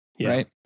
Right